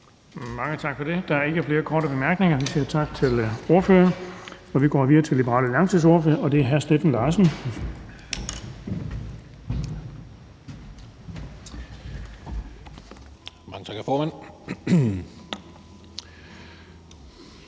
Mange tak for det. Der er ikke flere korte bemærkninger. Vi siger tak til ordføreren, og vi går videre til Liberal Alliances ordfører, og det er hr. Steffen Larsen. Kl. 12:02 (Ordfører)